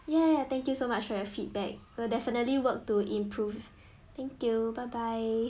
ya ya thank you so much for your feedback will definitely work to improve thank you bye bye